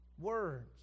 Words